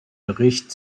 bericht